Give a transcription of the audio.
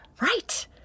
Right